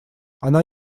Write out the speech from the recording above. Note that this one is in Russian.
она